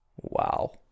Wow